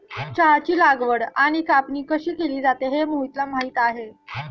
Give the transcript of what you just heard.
चहाची लागवड आणि कापणी कशी केली जाते हे मोहितला माहित आहे